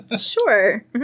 sure